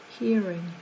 Hearing